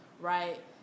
right